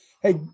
Hey